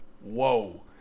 Whoa